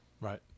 Right